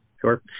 Sure